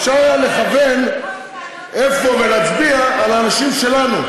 אפשר היה לכוון איפה, ולהצביע על האנשים שלנו.